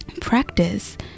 Practice